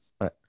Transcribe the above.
Right